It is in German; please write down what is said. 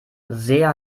sehr